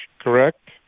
correct